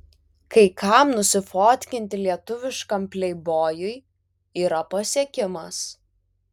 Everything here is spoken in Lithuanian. kai kam nusifotkinti lietuviškam pleibojui yra pasiekimas